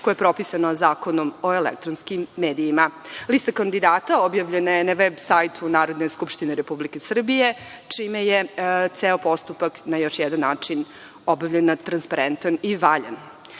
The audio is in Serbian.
koja je propisana Zakonom o elektronskim medijima. Lista kandidata objavljena je na veb sajtu Narodne skupštine, čime je ceo postupak na još jedan način obavljen na transparentan i